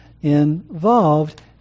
involved